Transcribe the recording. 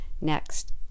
next